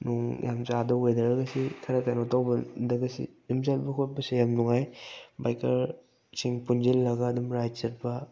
ꯅꯣꯡ ꯒꯥꯔꯤ ꯃꯆꯥꯗ ꯋꯦꯗꯔꯒꯁꯤ ꯈꯔ ꯀꯩꯅꯣ ꯇꯧꯕꯗꯒꯁꯤ ꯑꯗꯨꯝ ꯆꯠꯄ ꯈꯣꯠꯄꯁꯤ ꯌꯥꯝ ꯅꯨꯡꯉꯥꯏ ꯕꯥꯏꯛꯀꯔꯁꯤꯡ ꯄꯨꯟꯁꯤꯜꯂꯒ ꯑꯗꯨꯝ ꯔꯥꯏꯠ ꯆꯠꯄ